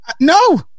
No